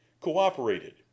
cooperated